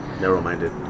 narrow-minded